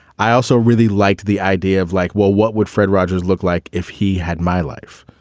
i also really liked the idea of like, well, what would fred rogers look like if he had my life?